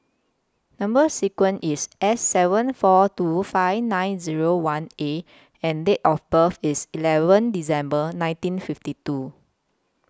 Number sequence IS S seven four two five nine Zero one A and Date of birth IS eleven December nineteen fifty two